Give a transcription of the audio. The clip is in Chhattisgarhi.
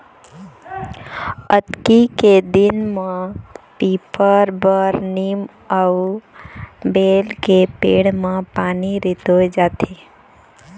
अक्ती के दिन म पीपर, बर, नीम अउ बेल के पेड़ म पानी रितोय जाथे